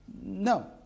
No